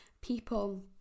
people